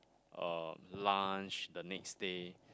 um lunch the next day